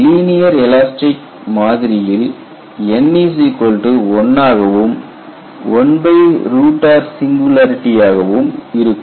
linear elastic மாதிரியில் n1 ஆகவும் 1r singularity ஆகவும் இருக்கும்